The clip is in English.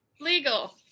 legal